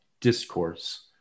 discourse